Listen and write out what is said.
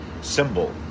symbol